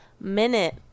minute